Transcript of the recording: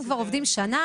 הם כבר עובדים שנה,